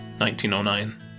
1909